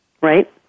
Right